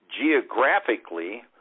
geographically